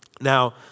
Now